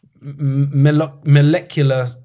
molecular